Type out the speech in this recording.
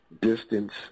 distance